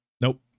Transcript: Nope